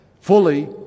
fully